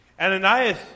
Ananias